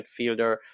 midfielder